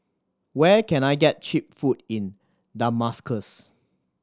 where can I get cheap food in Damascus